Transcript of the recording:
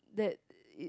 that